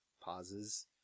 Pauses